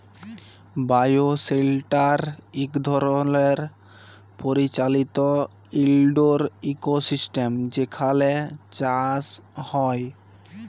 bioshelter ইক ধরলের পরিচালিত ইলডোর ইকোসিস্টেম যেখালে চাষ হ্যয়